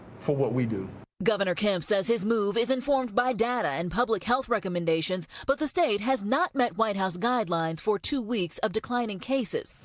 for what we do. reporter governor kemp says his move is informed by data and public health recommendations but the state has not met white house guidelines for two weeks of declining cases.